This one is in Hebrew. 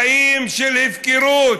חיים של הפקרות,